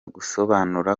gusobanura